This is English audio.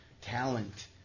talent